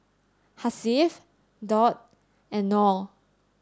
Hasif Daud and Noh